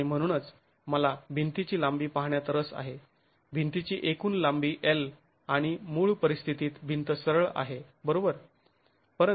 आणि म्हणूनच मला भिंतीची लांबी पाहण्यात रस आहे भिंतिची एकूण लांबी l आणि मूळ परिस्थितीत भिंत सरळ आहे बरोबर